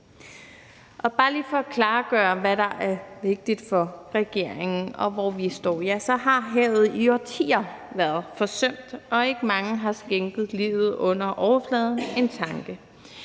Og bare lige for at klargøre, hvad der er vigtigt for regeringen, og hvor vi står, vil jeg sige, at havet i årtier har været forsømt og ikke mange har skænket livet under overfladen en tanke.